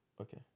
Okay